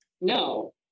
no